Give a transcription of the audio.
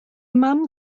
mam